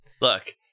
Look